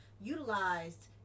utilized